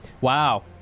wow